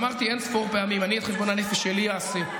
ואמרתי אין-ספור פעמים: אני את חשבון הנפש שלי אעשה.